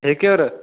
ठेके र